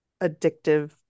addictive